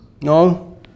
No